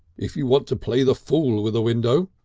if you want to play the fool with a window